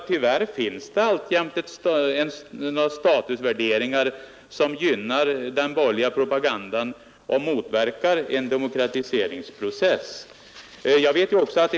Tyvärr finns det alltjämt statusvärderingar som gynnar den borgerliga propagandan och motverkar en demokratiseringsprocess.